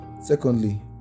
Secondly